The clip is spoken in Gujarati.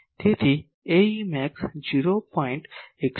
તેથી Ae max 0